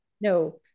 no